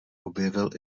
objevil